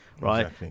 Right